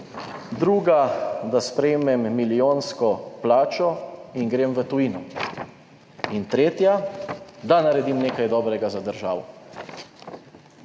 Druga, da sprejmem milijonsko plačo in grem v tujino in tretja, da naredim nekaj dobrega za državo.